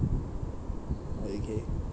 okay